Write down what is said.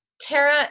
tara